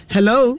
Hello